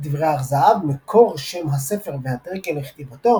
לדברי הר-זהב מקור שם הספר והטריגר לכתיבתו